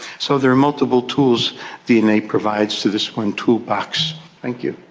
so there are multiple tools dna provides to this one toolbox. thank you.